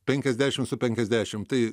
penkiasdešimt su penkiasdešimt tai